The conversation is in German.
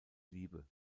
liebe